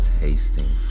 tasting